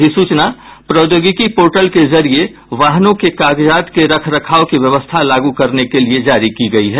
अधिसूचना प्रौद्योगिकी पोर्टल के जरिए वाहनों के कागजात के रखरखाव की व्यवस्था लागू करने के लिए जारी की गई है